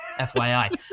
FYI